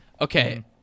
Okay